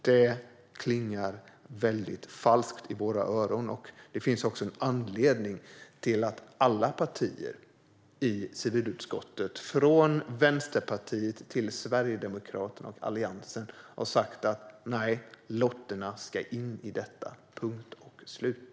Det klingar väldigt falskt i våra öron. Det finns också en anledning till att alla partier i civilutskottet, från Vänsterpartiet till Sverigedemokraterna och Alliansen, har sagt att lotterna ska tas in i detta. Punkt slut.